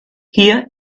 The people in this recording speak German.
hier